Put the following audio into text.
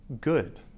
good